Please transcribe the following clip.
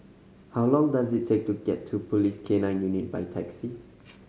how long does it take to get to Police K Nine Unit by taxi